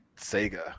sega